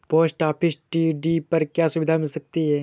Post office TD पर क्या सुविधाएँ मिल सकती है?